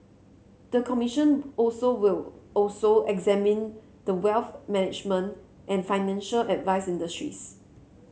the commission also will also examine the wealth management and financial advice industries